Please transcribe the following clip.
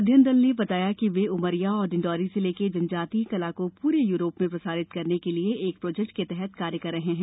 अध्ययन दल ने बताया कि वे उमरिया और डिण्डौरी जिले के जन जातीय कला को पूरे यूरोप में प्रसारित करने हेतु एक प्रोजेक्ट के तहत कार्य कर रहे हैं